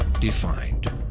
Defined